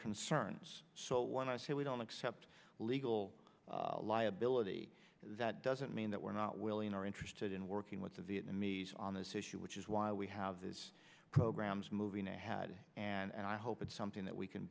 concerns so when i say we don't accept legal liability that doesn't mean that we're not willing or interested in working with the vietnamese on this issue which is why we have these programs moving ahead and i hope it's something that we can